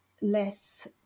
less